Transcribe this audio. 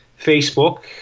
Facebook